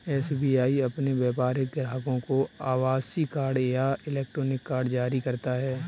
SBI अपने व्यापारिक ग्राहकों को आभासीय कार्ड या इलेक्ट्रॉनिक कार्ड जारी करता है